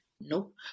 nope